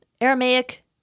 Aramaic